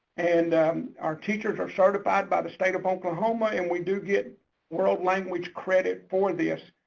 and our teachers are certified by the state of oklahoma. and we do get world language credit for this,